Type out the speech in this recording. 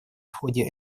ходе